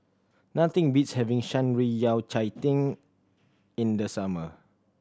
nothing beats having Shan Rui Yao Cai Tang in the summer